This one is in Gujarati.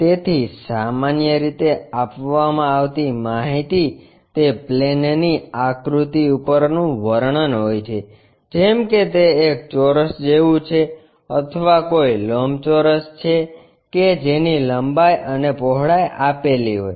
તેથી સામાન્ય રીતે આપવામાં આવતી માહિતી તે પ્લેનની આકૃતિ ઉપરનું વર્ણન હોય છે જેમ કે તે એક ચોરસ જેવું છે અથવા કોઈ લંબચોરસ છે કે જેની લંબાઈ અને પહોળાઈ આપેલી હોય